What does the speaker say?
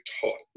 taught